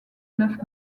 neuf